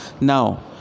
Now